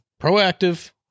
Proactive